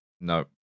No